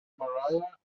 maria